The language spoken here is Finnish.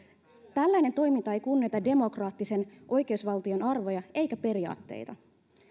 tällainen toiminta ei kunnioita demokraattisen oikeusvaltion arvoja eikä periaatteita